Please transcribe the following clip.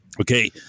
Okay